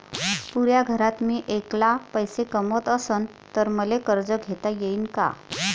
पुऱ्या घरात मी ऐकला पैसे कमवत असन तर मले कर्ज घेता येईन का?